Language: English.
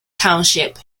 township